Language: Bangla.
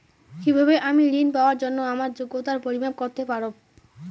কিভাবে আমি ঋন পাওয়ার জন্য আমার যোগ্যতার পরিমাপ করতে পারব?